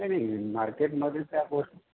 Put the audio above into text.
नाही नाही नाही मार्केटमधे त्या गोष